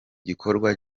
gikorwa